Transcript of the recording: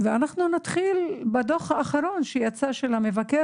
ואנחנו נתחיל בדו"ח האחרון שיצא של המבקר